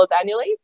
annually